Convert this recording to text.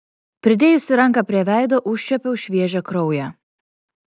pridėjusi ranką prie veido užčiuopiau šviežią kraują